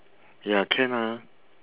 ya can ah